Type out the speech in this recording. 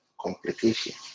Complication